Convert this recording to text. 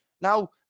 Now